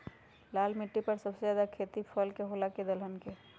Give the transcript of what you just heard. लाल मिट्टी पर सबसे ज्यादा खेती फल के होला की दलहन के?